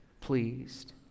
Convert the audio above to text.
pleased